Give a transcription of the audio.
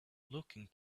looking